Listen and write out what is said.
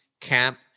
camp